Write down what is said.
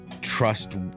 trust